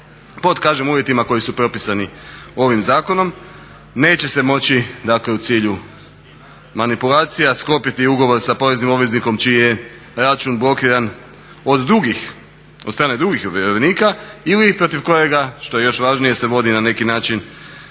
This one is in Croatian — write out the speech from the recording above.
pod kažem uvjetima koji su propisani ovim zakonom. Neće se moći, dakle u cilju manipulacija sklopiti ugovor sa poreznim obveznikom čiji je račun blokiran od strane drugih vjerovnika ili protiv kojega što je još važnije se vodi na neki način